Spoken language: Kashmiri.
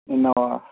اِنووا